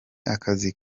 akazi